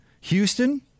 Houston